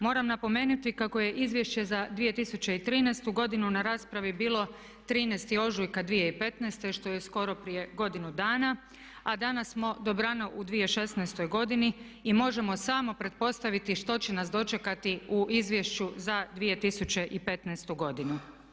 Moram napomenuti kako je Izvješće za 2013. godinu na raspravi bilo 13. ožujka 2015., što je skoro prije godinu dana a danas smo dobrano u 2016. godini i možemo samo pretpostaviti što će nas dočekati u Izvješću za 2015. godinu.